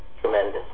tremendous